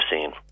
seen